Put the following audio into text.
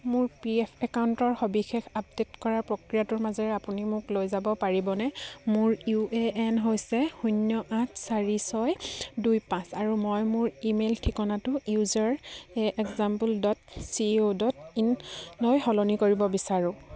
মোৰ P F একাউণ্টৰ সবিশেষ আপডে'ট কৰাৰ প্ৰক্ৰিয়াটোৰ মাজেৰে আপুনি মোক লৈ যাব পাৰিবনে মোৰ ইউ এ এন হৈছে শূন্য আঠ চাৰি ছয় দুই পাঁচ আৰু মই মোৰ ইমেইল ঠিকনাটো user example dot C O dot ইনলৈ সলনি কৰিব বিচাৰোঁ